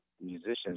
musicians